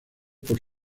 por